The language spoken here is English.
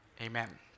Amen